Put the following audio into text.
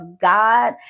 God